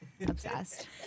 obsessed